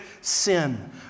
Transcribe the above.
sin